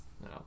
No